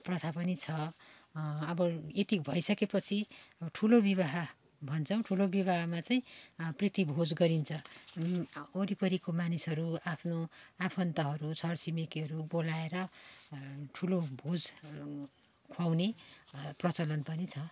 प्रथा पनि छ अब यति भइसकेपछि ठुलो विवाह भन्छौँ ठुलो विवाहमा चाहिँ प्रीति भोज गरिन्छ वरिपरिका मान्छेहरू आफ्नो आफन्तहरू छर छिमेकीहरू बोलाएर ठुलो भोज खुवाउने प्रचलन पनि छ